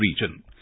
region